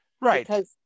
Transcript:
right